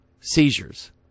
seizures